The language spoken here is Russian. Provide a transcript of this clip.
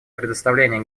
предоставлении